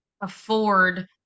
afford